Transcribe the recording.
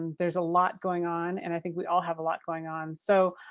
there's a lot going on and i think we all have a lot going on, so